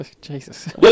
Jesus